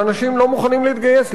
שאנשים לא מוכנים להתגייס,